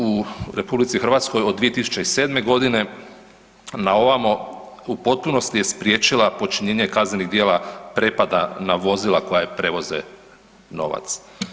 U RH od 2007. g. na ovamo u potpunosti je spriječila počinjenje kaznenih djela prepada na vozila koja prevoze novac.